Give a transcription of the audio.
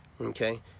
Okay